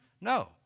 No